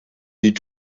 die